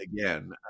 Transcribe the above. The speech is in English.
again